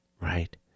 right